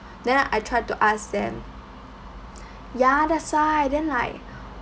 then I tried to ask them ya that's why then like